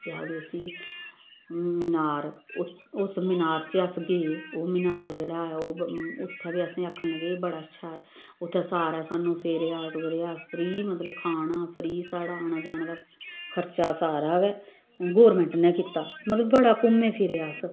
केह् आखदे उसी मिनार उस मिनार च अस गे ओह् मिनार जेह्ड़ा ऐ ओह् उत्थें बी असेंगी आक्खन लगे बड़ा अच्छा ऐ उत्थै सारा सानू फेरेआ टोरेआ फ्री मतलब खाना फ्री साढ़ा आना जाने दा खर्चा सारा गै गौरमेंट ने कीता मतलब बड़ा घूमे फिरे अस